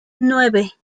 nueve